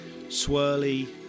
swirly